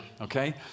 okay